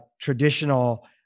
traditional